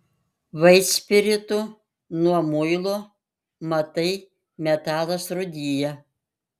vaitspiritu nuo muilo matai metalas rūdija